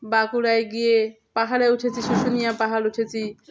বাঁকুড়ায় গিয়ে পাহাড়ে উঠেছি শুশুনিয়া পাহাড় উঠেছি